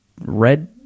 red